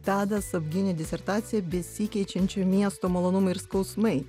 tadas apgynė disertaciją besikeičiančio miesto malonumai ir skausmai